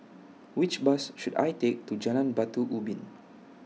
Which Bus should I Take to Jalan Batu Ubin